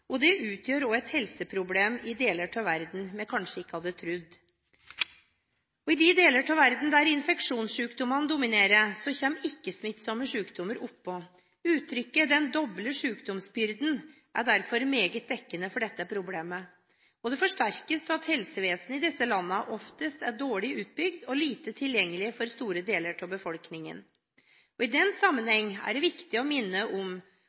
og det utgjør også et helseproblem i deler av verden vi kanskje ikke hadde trodd. I de deler av verden der infeksjonssykdommer dominerer, kommer ikke-smittsomme sykdommer oppå. Uttrykket «den doble sykdomsbyrden» er derfor meget dekkende for dette problemet. Det forsterkes av at helsevesenet i disse landene oftest er dårlig utbygd og lite tilgjengelig for store deler av befolkningen. I denne sammenheng er det viktig å minne om